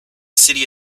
city